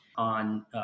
on